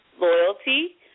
Loyalty